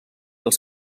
els